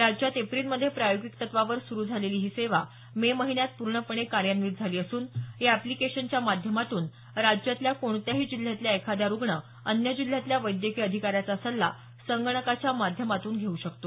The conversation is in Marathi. राज्यात एप्रिलमध्ये प्रायोगिक तत्वावर सुरू झालेली ही सेवा मे महिन्यात पूर्णपणे कार्यान्वित झाली असून या एप्लिकेशनच्या माध्यमातून राज्यातल्या कोणत्याही जिल्ह्यातला एखादा रुग्ण अन्य जिल्ह्यातल्या वैद्यकीय अधिकाऱ्याचा सल्ला संगणकाच्या माध्यमातून घेऊ शकतो